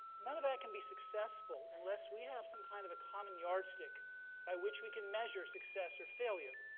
none of that can be successful unless we have some kind of a common yardstick by which we can measure success or failure.